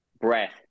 breath